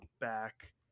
back